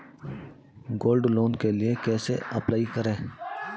Gold loan के लिए कैसे अप्लाई करें?